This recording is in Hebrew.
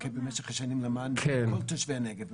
במשך השנים למען בריאות תושבי הנגב.